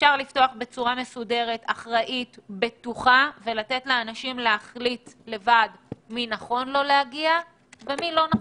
אפשר לפתוח בצורה בטוחה ולתת לאנשים להחליט לבד אם להגיע או לא.